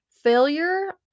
Failure